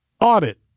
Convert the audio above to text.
audit